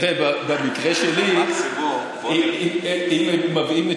תראה, במקרה שלי, אם היו מביאים את